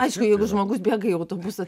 aišku jeigu žmogus bėga į autobusą